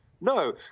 no